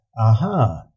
aha